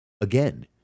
again